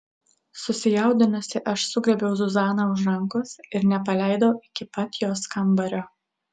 susijaudinusi aš sugriebiau zuzaną už rankos ir nepaleidau iki pat jos kambario